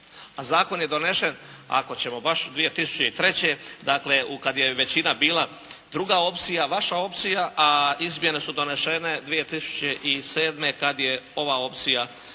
zakon je donesen ako ćemo baš 2003.. Dakle, kad je većina bila druga opcija, vaša opcija a izmjene su donesene 2007. kad je ova opcija